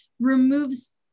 removes